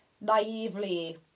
naively